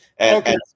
Okay